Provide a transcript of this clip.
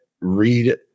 read